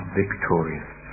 victorious